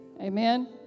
Amen